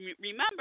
remember